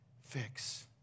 fix